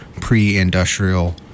pre-industrial